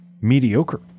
mediocre